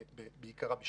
בשמש בעיקרה.